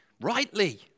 rightly